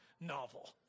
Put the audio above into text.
novel